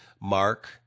mark